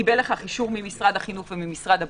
קיבל מכך אישור ממשרד החינוך ומשרד הבריאות,